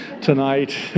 tonight